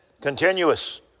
continuous